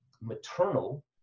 maternal